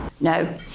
No